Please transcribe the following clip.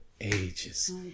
ages